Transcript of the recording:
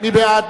מי בעד?